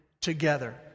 together